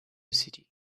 city